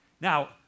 Now